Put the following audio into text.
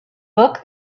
book